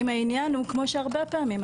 אם העניין הוא כמו הרבה פעמים,